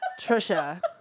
Trisha